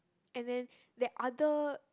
and then the other